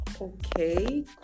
Okay